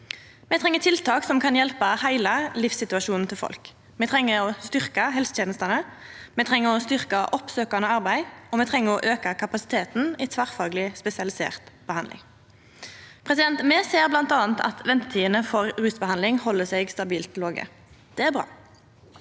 Me treng tiltak som kan hjelpa heile livssituasjonen til folk. Me treng å styrkja helsetenestene, me treng å styrkja oppsøkjande arbeid, og me treng å auka kapasiteten i tverrfagleg spesialisert behandling. Me ser bl.a. at ventetidene for rusbehandling held seg stabilt låge. Det er bra.